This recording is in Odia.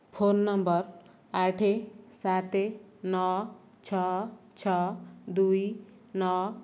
ଫୋନ୍ ନମ୍ବର ଆଠ ସାତ ନଅ ଛଅ ଛଅ ଦୁଇ ନଅ